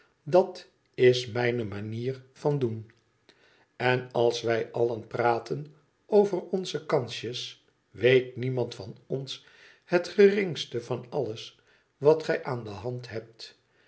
dat is mijne manier van doen tn als wij allen praten over onze kansjes weet niemand van ons het geringste van alles wat gij aan de hand hebt